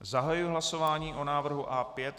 Zahajuji hlasování o návrhu A5.